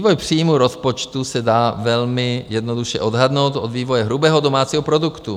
Vývoj příjmů rozpočtu se dá velmi jednoduše odhadnout od vývoje hrubého domácího produktu.